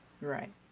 right